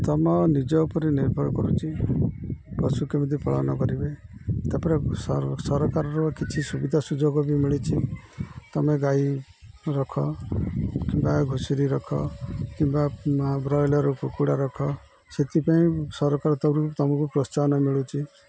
ତମ ନିଜ ଉପରେ ନିର୍ଭର କରୁଛି ପଶୁ କେମିତି ପାଳନ କରିବେ ତାପରେ ସରକାରର କିଛି ସୁବିଧା ସୁଯୋଗ ବି ମିଳିଛି ତମେ ଗାଈ ରଖ କିମ୍ବା ଘୁଷୁରୀ ରଖ କିମ୍ବା ବ୍ରଏଲର୍ କୁକୁଡ଼ା ରଖ ସେଥିପାଇଁ ସରକାର ତମକୁ ପ୍ରୋତ୍ସାହନ ମିଳୁଛି